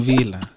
Villa